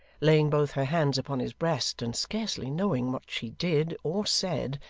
laying both her hands upon his breast, and scarcely knowing what she did, or said,